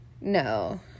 No